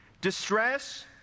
distress